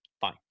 fine